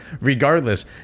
Regardless